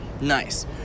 Nice